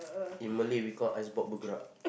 in Malay we call